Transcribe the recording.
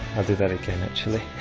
i'll do that again actually